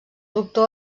doctor